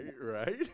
Right